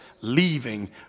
leaving